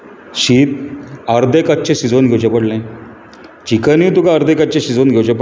शीत अर्दे कच्चें शिजोवन घेवचें पडलें चिकनूय तुका अर्दें कच्चें शिजोवन घेवचें पडलें